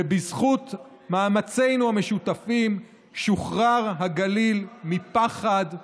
ובזכות מאמצינו המשותפים שוחרר הגליל מפחד,